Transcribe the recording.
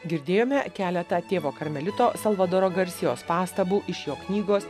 girdėjome keletą tėvo karmelito salvadoro garsijos pastabų iš jo knygos